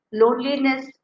loneliness